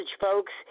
folks